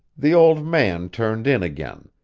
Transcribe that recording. the old man turned in again,